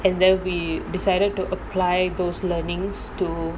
and then we decided to apply those learnings to